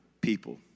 people